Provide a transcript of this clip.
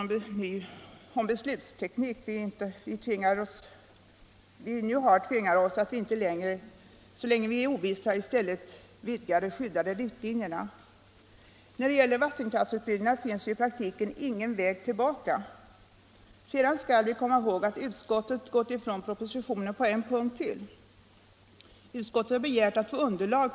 Takten i åtgärderna avgörs ju av hur stödet är utformat, hur effektivt information ges och — i sista stund — av anslag och ramar. Reservanten från folkpartiet har inte några yrkanden i dessa delar, och utskottet har inte sett någon vinning i att bara använda nya uttryck.